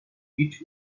each